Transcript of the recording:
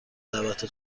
دعوت